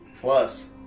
Plus